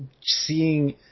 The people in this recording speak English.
seeing